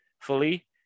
fully